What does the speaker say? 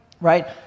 Right